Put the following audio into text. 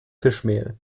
fischmehl